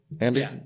Andy